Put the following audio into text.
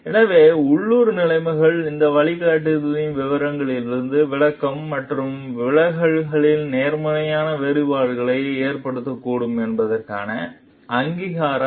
எனவே உள்ளூர் நிலைமைகள் இந்த வழிகாட்டுதல்களின் விவரங்களிலிருந்து விளக்கம் மற்றும் விலகல்களில் நேர்மையான வேறுபாடுகளை ஏற்படுத்தக்கூடும் என்பதற்கான அங்கீகாரம்